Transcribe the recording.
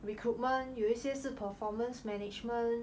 recruitment 有一些是 performance management